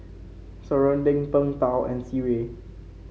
serunding Png Tao and sireh